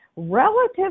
relative